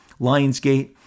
lionsgate